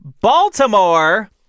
Baltimore